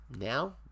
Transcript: now